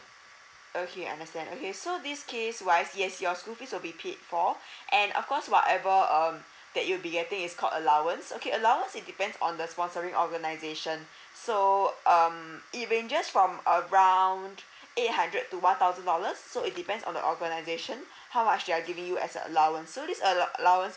okay understand okay so this case wise yes your school fees will be paid for and of course whatever um that you'll be getting is called allowance okay allowance it depends on the sponsoring organisation so um it ranges from around eight hundred to one thousand dollars so it depends on the organisation how much they're giving you as an allowance so this allow~ allowance